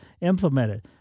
implemented